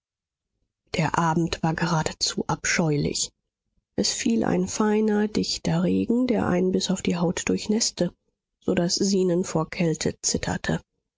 der abend war geradezu abscheulich es fiel ein feiner dichter regen der einen bis auf die haut durchnäßte so daß zenon vor kälte zitterte